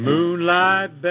Moonlight